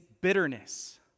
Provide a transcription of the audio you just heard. bitterness